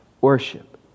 worship